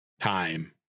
time